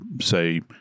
say